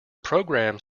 programme